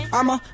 I'ma